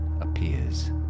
appears